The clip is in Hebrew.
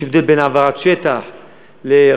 יש הבדל בין העברת שטח לרשויות,